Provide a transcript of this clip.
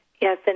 Yes